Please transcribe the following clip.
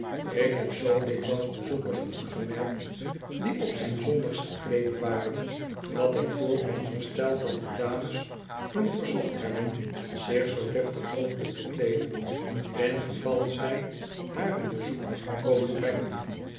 ik heb zoo dikwijls bezoekers opgemerkt die op zijn zondags gekleed waren dat ik vooronderstel dat de dames hun verzocht hebben zich zoo deftig mogelijk te kleeden ingeval zij haar een bezoek komen brengen